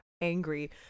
angry